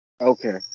Okay